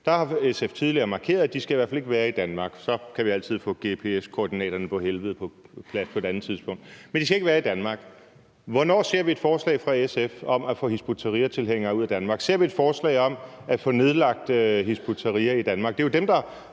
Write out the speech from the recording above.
Der har SF tidligere markeret, at de i hvert fald ikke skal være i Danmark; så kan vi altid få gps-koordinaterne for Helvede på plads på et andet tidspunkt. Men de skal ikke være i Danmark. Hvornår ser vi et forslag fra SF om at få Hizb ut-Tahrir-tilhængere ud af Danmark? Ser vi et forslag om at få nedlagt Hizb ut-Tahrir i Danmark?